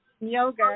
yoga